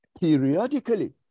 periodically